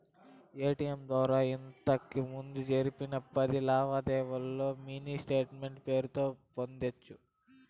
ATM ద్వారా ఇంతకిముందు జరిపిన పది లావాదేవీల్లో మినీ స్టేట్మెంటు పేరుతో పొందొచ్చు